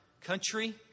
country